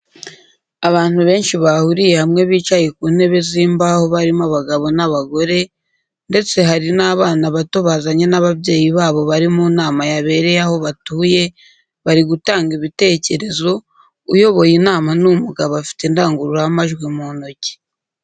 Abantu benshi bahuriye hamwe bicaye ku ntebe z'imbaho barimo abagabo n'abagore, ndetse hari n'abana bato bazanye n'ababyeyi babo bari mu nama yabereye aho batuye bari gutanga ibitekerzo, uyoboye inama ni umugabo afite indangururamajwi mu ntoki.